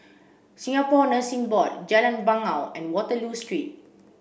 Singapore Nursing Board Jalan Bangau and Waterloo Street